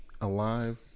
Alive